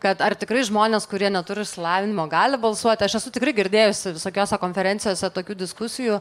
kad ar tikrai žmonės kurie neturi išsilavinimo gali balsuoti aš esu tikrai girdėjusi visokiose konferencijose tokių diskusijų